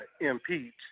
impeach